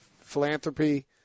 philanthropy